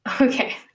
Okay